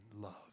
love